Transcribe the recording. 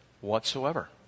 whatsoever